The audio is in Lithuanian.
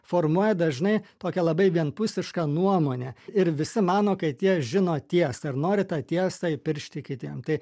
formuoja dažnai tokią labai vienpusišką nuomonę ir visi mano kad jie žino tiesą ir nori tą tiesą įpiršti kitiem tai